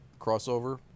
crossover